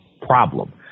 problem